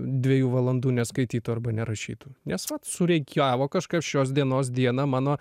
dviejų valandų neskaitytų arba nerašytų nes vat surikiavo kažkas šios dienos dieną mano